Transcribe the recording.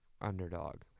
underdog